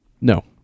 No